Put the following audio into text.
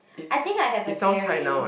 I think I have a theory